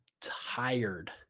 tired